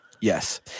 Yes